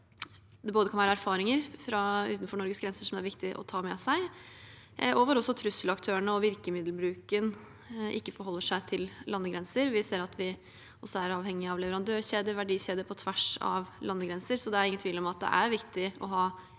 både kan være erfaringer fra utenfor Norges grenser som det er viktig å ta med seg, og hvor også trusselaktørene og virkemiddelbruken ikke forholder seg til landegrenser. Vi ser at vi også er avhengig av leverandørkjeder og verdikjeder på tvers av landegrenser. Så det er ingen tvil om at det er viktig å ha internasjonalt